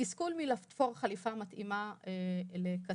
התסכול מלתפור חליפה מתאימה לקטין,